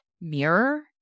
mirror